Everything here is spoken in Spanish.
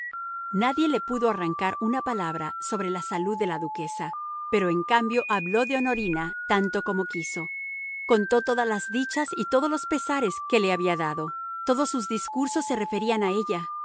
nadie le pudo arrancar una palabra sobre la salud de la duquesa pero en cambio habló de honorina tanto como quiso contó todas las dichas y todos los pesares que le había dado todos sus discursos se referían a ella